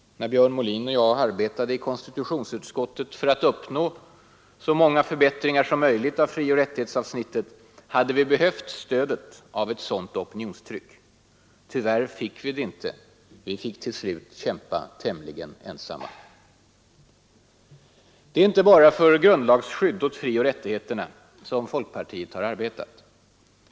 När Björn Molin och jag arbetade i konstitutionsutskottet för att uppnå så många förbättringar som möjligt i frioch rättighetsavsnittet hade vi behövt stödet av ett sådant opinionstryck. Tyvärr fick vi det inte. Till slut fick vi kämpa tämligen ensamma. Det är inte bara för grundlagsskydd åt frioch rättigheterna som folkpartiet har arbetat.